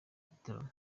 gitaramo